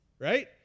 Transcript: right